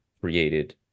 created